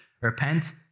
repent